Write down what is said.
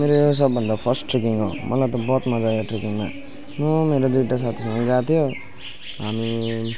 मेरो सबभन्दा first trekking हो मलाई त बहुत मजा आयो ट्रेकिङमा म मेरो दुईवटा साथीसँग गएको थियो हामी